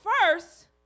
first